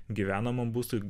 gyvenamam būstui